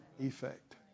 effect